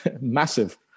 massive